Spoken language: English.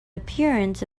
appearance